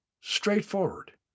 straightforward